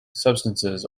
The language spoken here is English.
substances